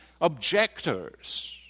objectors